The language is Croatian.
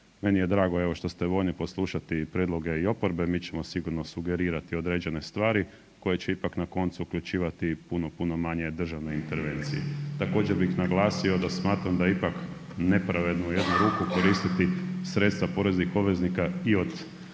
meni je drago što ste voljni poslušati prijedloge i oporbe, mi ćemo sigurno sugerirati određene stvari koje će ipak na koncu uključivati puno, puno manje državne intervencije. Također bih naglasio da smatram da ipak nepravedno je u jednu ruku koristiti sredstva poreznih obveznika i od